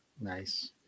Nice